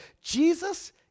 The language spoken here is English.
Jesus